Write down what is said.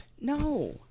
no